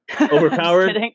Overpowered